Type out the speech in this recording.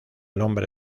nombre